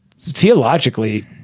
theologically